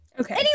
Okay